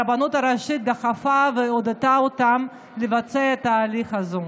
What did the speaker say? הרבנות הראשית דחפה ועודדה אותם לבצע את ההליך הזה.